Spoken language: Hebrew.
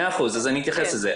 מאה אחוז, אז אני אתייחס לזה.